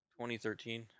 2013